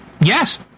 Yes